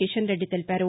కిషన్ రెడ్డి తెలిపారు